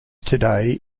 today